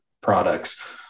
products